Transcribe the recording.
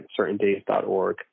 certaindays.org